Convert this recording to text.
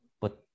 put